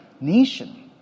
nation